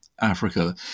Africa